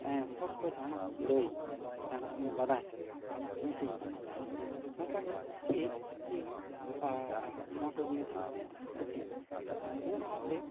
ᱦᱚᱲ ᱠᱚ ᱡᱟᱦᱟᱱᱟᱜ ᱞᱟᱹᱭ ᱡᱟᱦᱟᱱᱟᱜ ᱠᱚᱹᱧ ᱵᱟᱰᱟᱭ ᱦᱚᱪᱚ ᱠᱚᱣᱟ ᱡᱟᱦᱟᱱᱟᱜ ᱢᱮᱥᱮᱡᱽ ᱤᱧ ᱮᱢᱟ ᱠᱚᱣᱟ ᱱᱚᱝᱠᱟ ᱜᱮ ᱴᱷᱤᱠ ᱤᱧ ᱱᱚᱣᱟ ᱠᱚ ᱡᱤᱱᱤᱥ ᱤᱧ ᱠᱩᱥᱤᱭᱟᱜᱼᱟ ᱤᱱᱟᱹ ᱥᱟᱶᱛᱮ